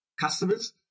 customers